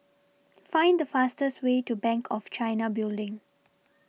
Find The fastest Way to Bank of China Building